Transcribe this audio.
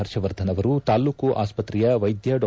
ಹರ್ಷವರ್ಧನ್ ಅವರು ತಾಲೂಕು ಆಸ್ಷತ್ರೆಯ ವೈದ್ಯ ಡಾ